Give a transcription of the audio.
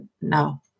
no